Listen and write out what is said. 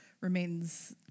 remains